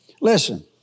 listen